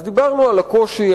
דיברנו על הקושי,